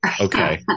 Okay